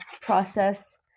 process